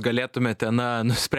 galėtumėte na nuspręsti